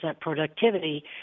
productivity